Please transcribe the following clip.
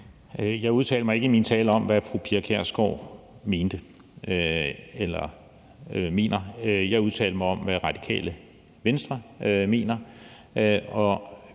Jeg udtalte mig ikke i min tale om, hvad fru Pia Kjærsgaard mente eller mener. Jeg udtalte mig om, hvad Radikale Venstre mener,